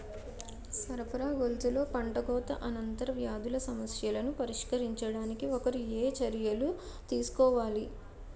సరఫరా గొలుసులో పంటకోత అనంతర వ్యాధుల సమస్యలను పరిష్కరించడానికి ఒకరు ఏ చర్యలు తీసుకోవాలి?